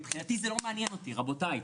מבחינתי זה לא מעניין אותי רבותיי,